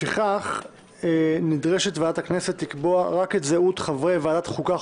לפיכך נדרשת ועדת הכנסת לקבוע רק את זהות חברי ועדת החוקה,